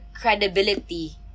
credibility